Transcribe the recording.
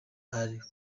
are